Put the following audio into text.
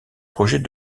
projet